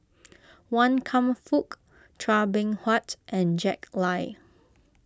Wan Kam Fook Chua Beng Huat and Jack Lai